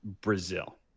Brazil